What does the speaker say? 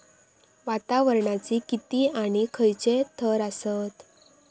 वातावरणाचे किती आणि खैयचे थर आसत?